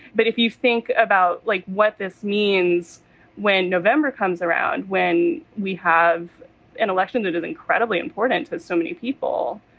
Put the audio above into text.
but if you think about, like, what this means when november comes around, when we have an election that is incredibly important to so many people,